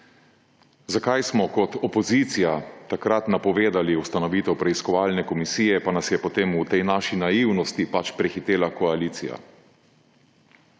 Zakaj smo kot opozicija takrat napovedali ustanovitev preiskovalne komisije, pa nas je potem v tej naši naivnosti prehitela koalicija?